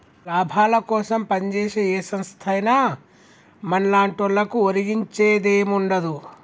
లాభాలకోసం పంజేసే ఏ సంస్థైనా మన్లాంటోళ్లకు ఒరిగించేదేముండదు